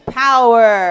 power